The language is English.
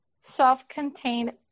self-contained